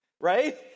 right